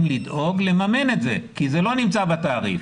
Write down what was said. לדאוג לממן את זה כי זה לא נמצא בתעריף.